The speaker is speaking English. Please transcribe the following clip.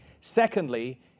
Secondly